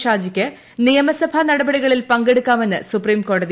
ഷാജിക്ക് നിയമസഭാ ന്ട്പ്പടികളിൽ പങ്കെടുക്കാമെന്ന് സുപ്രീം കോടതി